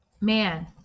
man